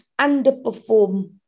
underperform